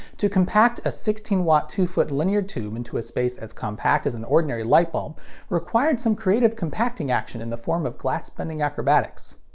to compact a sixteen watt two foot linear tube into a space as compact as an ordinary light bulb required some creative compacting action in the form of glass bending acrobatics.